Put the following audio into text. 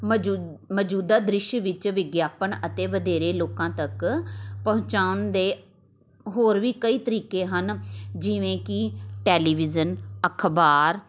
ਮੌਜੂ ਮੌਜੂਦਾ ਦ੍ਰਿਸ਼ ਵਿੱਚ ਵਿਗਿਆਪਨ ਅਤੇ ਵਧੇਰੇ ਲੋਕਾਂ ਤੱਕ ਪਹੁੰਚਾਉਣ ਦੇ ਹੋਰ ਵੀ ਕਈ ਤਰੀਕੇ ਹਨ ਜਿਵੇਂ ਕਿ ਟੈਲੀਵਿਜ਼ਨ ਅਖਬਾਰ